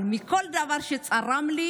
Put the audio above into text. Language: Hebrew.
אבל הדבר שצרם לי